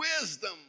wisdom